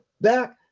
back